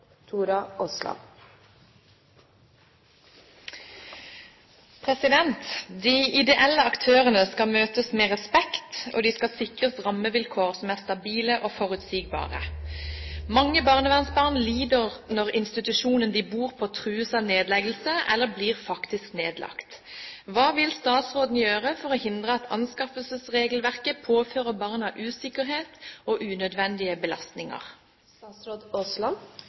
er stabile og forutsigbare. Mange barnevernsbarn lider når institusjonen de bor på, trues av nedleggelse eller blir faktisk nedlagt. Hva vil statsråden gjøre for å hindre at anskaffelsesregelverket påfører barna usikkerhet og unødvendige